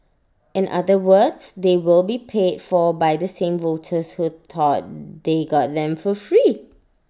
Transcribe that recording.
in other words they will be paid for by the same voters who thought they got them for free